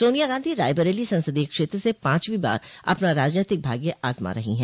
सोनिया गांधी रायबरेली संसदीय क्षेत्र से पांचवीं बार अपना राजनैतिक भाग्य आजमा रही है